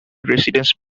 residence